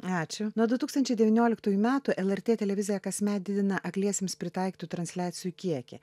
ačiū nuo du tūkstančiai devynioliktųjų metų lrt televizija kasmet didina akliesiems pritaikytų transliacijų kiekį